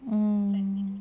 mm